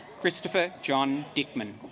christopher john hickman